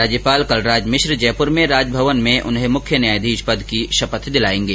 राज्यपाल कलराज मिश्र जयपुर में राजभवन में उन्हें मुख्य न्यायाधीश पद की शपथ दिलायेंगे